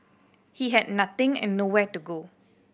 he had nothing and nowhere to go